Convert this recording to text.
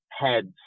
heads